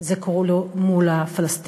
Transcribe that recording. זה קורה לו מול הפלסטינים,